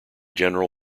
general